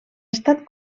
estat